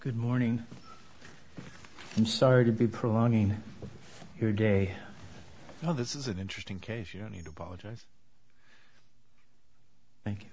good morning i'm sorry to be prolonging your day now this is an interesting case you don't need to apologize thank you